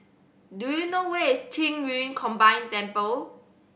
do you know where is Qing Yun Combined Temple